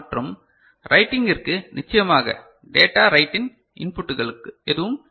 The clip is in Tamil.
மற்றும் ரைடிங்கிற்கு நிச்சயமாக டேட்டா ரைட் இன் இன்புட்கள் எதுவும் இல்லை